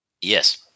Yes